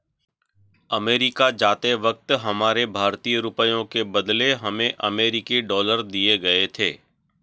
America जाते वक्त हमारे भारतीय रुपयों के बदले हमें अमरीकी डॉलर दिए गए थे